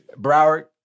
Broward